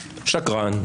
שקרן,